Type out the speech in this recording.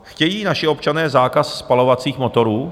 Chtějí naši občané zákaz spalovacích motorů?